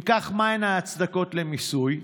1. אם כך, מהן ההצדקות למיסוי?